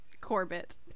Corbett